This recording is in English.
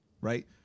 Right